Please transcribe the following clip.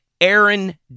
Aaron